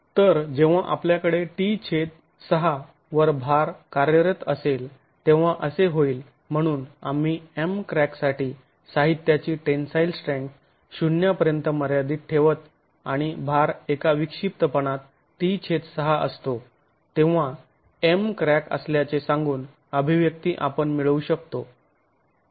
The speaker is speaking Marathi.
तर जेव्हा आपल्याकडे t6 वर भार कार्यरत असेल तेव्हा असे होईल म्हणून आम्ही 'M' क्रॅकसाठी साहित्याची टेंन्साईल स्ट्रेंथ शून्यापर्यंत मर्यादित ठेवत आणि भार एका विक्षिप्तपणात t6 असतो तेव्हा 'M' क्रॅक असल्याचे सांगून अभिव्यक्ती आपण मिळवू शकतो